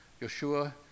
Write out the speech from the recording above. Yeshua